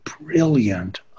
brilliant